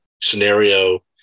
scenario